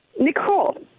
nicole